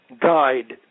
guide